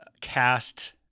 cast